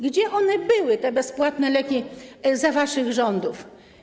Gdzie były te bezpłatne leki za waszych rządów?